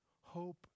hope